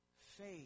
faith